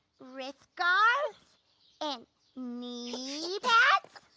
wrist guards and knee pads.